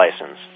license